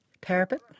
parapet